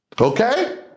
okay